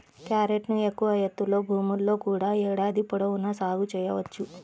క్యారెట్ను ఎక్కువ ఎత్తులో భూముల్లో కూడా ఏడాది పొడవునా సాగు చేయవచ్చు